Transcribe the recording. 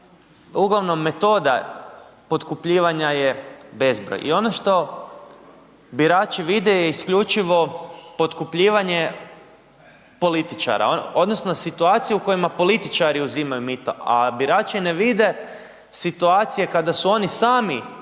ugl. metoda potkupljivanja je bezbroj i ono što birače vide je isključivo potkupljivanje političara, odnosno, situacija u kojoj političari uzimaju mito, a birači ne vide situacije kada su oni sami